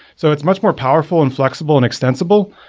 so it's much more powerful and flexible and extensible,